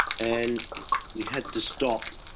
and we had to stop,